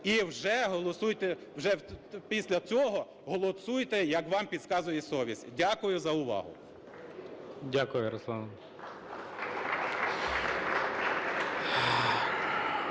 вже після цього голосуйте, як вам підказує совість. Дякую за увагу. ГОЛОВУЮЧИЙ. Дякую, Ярославе.